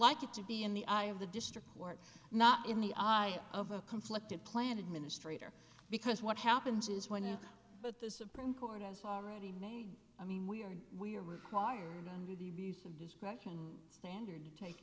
like it to be in the eye of the district court not in the eyes of a conflicted plant administrator because what happens is when but the supreme court has already made i mean we are we are required under the abuse of discretion standard to take